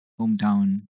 hometown